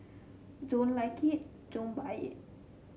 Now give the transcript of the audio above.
don't like it don't buy it